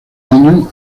año